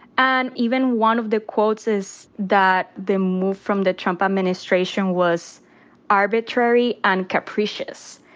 and even one of the quotes is that the move from the trump administration was arbitrary and capricious,